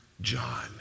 John